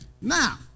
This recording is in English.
Now